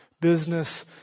business